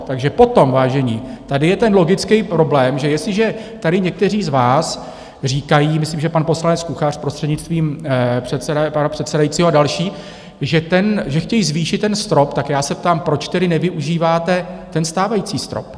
Takže potom, vážení, tady je ten logický problém, že jestliže někteří z vás říkají myslím, že pan poslanec Kuchař, prostřednictvím pana předsedajícího, a další že chtějí zvýšit ten strop, tak já se ptám, proč tedy nevyužíváte stávající strop?